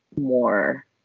more